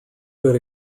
good